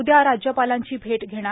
उद्या राज्यपालांची भेट घेणार